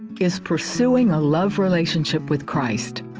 is pursuing a love relationship with christ.